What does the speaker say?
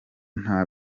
nta